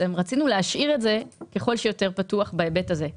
רצינו להשאיר את זה ככל שיותר פתוח בהיבט הזה.